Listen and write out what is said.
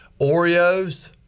Oreos